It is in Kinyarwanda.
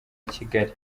kigali